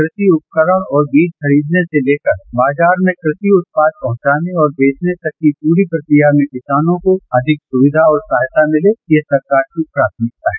कृषि उपकरण और बीज खरीदने से लेकर बाजार में कृषि उत्पाद पहुंचाने और बेचने तक की पूरी प्रक्रिया में किसान को अधिक सुविधा और सहायता मिले ये सरकार की प्राथमिकता है